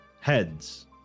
heads